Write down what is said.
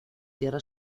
tierra